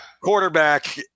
quarterback